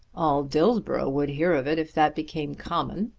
all dillsborough would hear of it, if that became common.